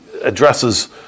addresses